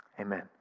amen